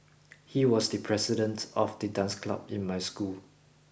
he was the president of the dance club in my school